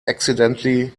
accidentally